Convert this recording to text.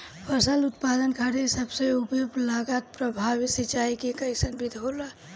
फसल उत्पादन खातिर सबसे उपयुक्त लागत प्रभावी सिंचाई के कइसन विधि होला?